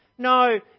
No